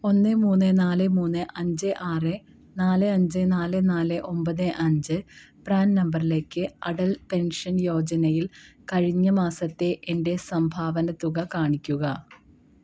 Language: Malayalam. ഒന്ന് മൂന്ന് നാല് മൂന്ന് അഞ്ച് ആറ് നാല് അഞ്ച് നാല് നാല് ഒമ്പത് അഞ്ച് പ്രാൻ നമ്പറിലേക്ക് അടൽ പെൻഷൻ യോജനയിൽ കഴിഞ്ഞ മാസത്തെ എന്റെ സംഭാവന തുക കാണിക്കുക